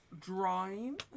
drawing